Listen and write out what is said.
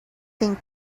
think